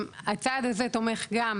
הצעד הזה תומך גם,